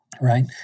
right